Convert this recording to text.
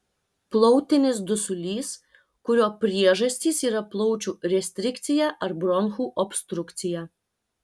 plautinis dusulys kurio priežastys yra plaučių restrikcija ar bronchų obstrukcija